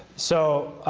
so,